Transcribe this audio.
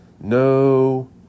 No